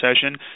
session